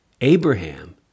Abraham